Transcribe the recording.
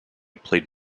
played